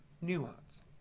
nuance